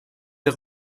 der